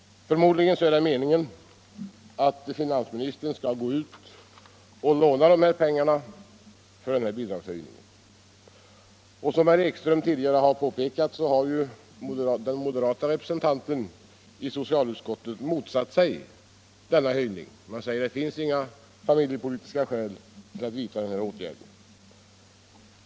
Förmodligen är det meningen att finansministern skall gå ut och låna pengarna till denna bidragshöjning. Som herr Ekström redan påpekat har moderaternas representant i socialutskottet motsatt sig denna höjning och sagt att det finns inga familjepolitiska skäl för att vidta denna åtgärd.